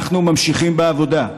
אנחנו ממשיכים בעבודה,